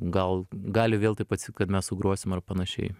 gal gali vėl taip atsitikt kad mes sugrosim ar panašiai